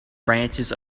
branches